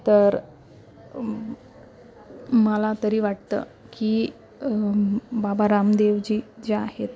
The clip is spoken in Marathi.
तर मला तरी वाटतं की बाबा रामदेवजी ज्या आहेत